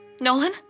Nolan